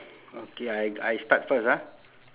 okay I I start first ah